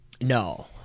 No